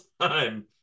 time